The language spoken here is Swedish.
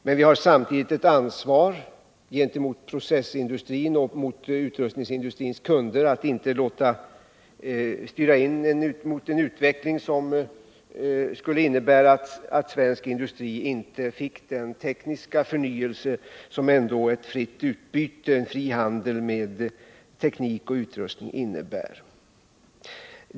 Men vi har samtidigt ett ansvar gentemot processindustrins och utrustningsindustrins kunder att inte låta styra in denna industri mot en utveckling som skulle innebära att svensk industri inte fick den tekniska förnyelse som ändå en fri handel med teknik och utrustning innebär.